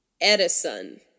Edison